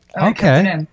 Okay